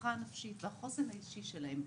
הרווחה הנפשית והחוסן האישי שלהם.